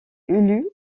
élu